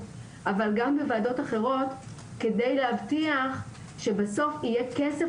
אבל גם בוועדות אחרות כדי להבטיח שבסוף יהיה כסף